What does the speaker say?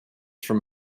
from